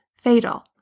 fatal